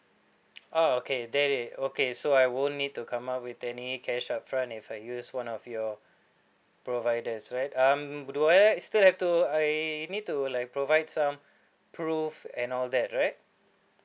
oh okay then it okay so I won't need to come up with any cash upfront if I use one of your providers right um do I still have to I need to like provide some proof and all that right